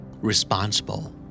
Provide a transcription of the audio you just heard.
Responsible